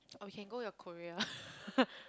or we can go your Korea